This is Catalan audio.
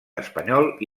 espanyol